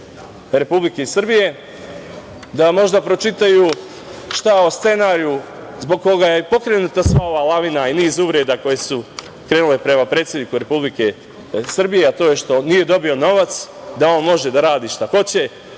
Republike Srbije, da možda pročitaju šta o scenariju zbog koga je pokrenuta ova lavina i niz uvreda, koje su krenule prema predsedniku Republike Srbije, a to je što nije dobio novac, da on može da radi šta hoće